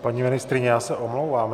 Paní ministryně, já se omlouvám.